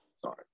sorry